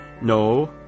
No